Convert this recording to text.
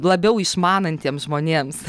labiau išmanantiems žmonėms